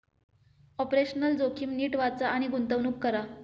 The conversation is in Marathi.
ऑपरेशनल जोखीम नीट वाचा आणि गुंतवणूक करा